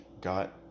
got